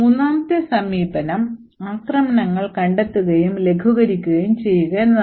മൂന്നാമത്തെ സമീപനം ആക്രമണങ്ങൾ കണ്ടെത്തുകയും ലഘൂകരിക്കുകയും ചെയ്യുക എന്നതാണ്